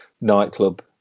nightclub